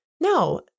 No